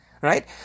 Right